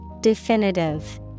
Definitive